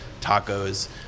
tacos